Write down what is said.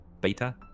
Beta